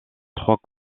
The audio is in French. trois